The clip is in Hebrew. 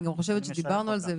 אני חושבת שגם דיברנו על זה,